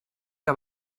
que